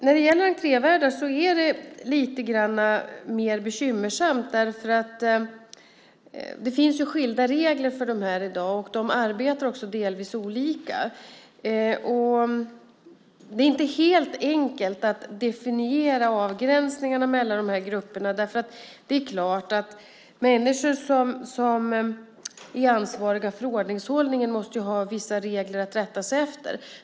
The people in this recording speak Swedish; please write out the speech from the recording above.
När det gäller entrévärdar är det lite mer bekymmersamt. Det finns skilda regler för dessa i dag. De arbetar också delvis olika. Det är inte helt enkelt att definiera avgränsningarna mellan de här grupperna. Det är klart att människor som är ansvariga för ordningshållningen måste ha vissa regler att rätta sig efter.